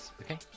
Okay